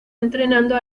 entrenando